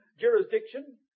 jurisdiction